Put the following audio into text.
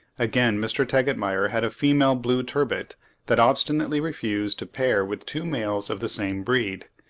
again, mr. tegetmeier had a female blue turbit that obstinately refused to pair with two males of the same breed,